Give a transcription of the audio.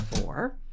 four